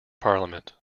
parliament